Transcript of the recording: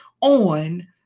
on